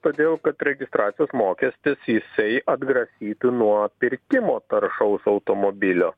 todėl kad registracijos mokestis jisai atgrasytų nuo pirkimo taršaus automobilio